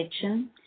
kitchen